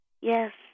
Yes